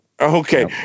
Okay